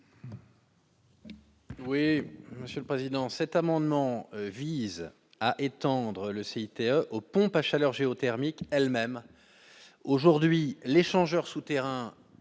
Oui, Monsieur le Président, cet amendement vise à étendre le CIT aux pompes à chaleur géothermique elle-même aujourd'hui l'échangeur souterrain